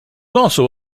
also